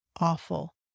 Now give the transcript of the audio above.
awful